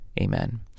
Amen